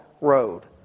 road